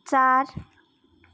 चार